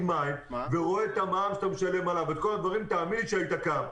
מים ורואה את המע"מ שאתה משלם תאמין לי שהיית קם.